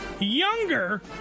Younger